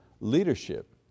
leadership